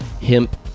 hemp